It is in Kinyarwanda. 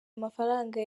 amafaranga